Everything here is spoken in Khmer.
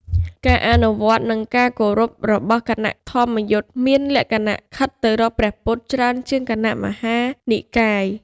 ការអនុវត្ត និងការគោរពរបស់គណៈធម្មយុត្តិមានលក្ខណៈខិតទៅរកព្រះពុទ្ធច្រើនជាងគណៈមហានិកាយ។